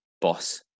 boss